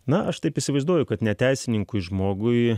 na aš taip įsivaizduoju kad neteisininkui žmogui